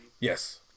Yes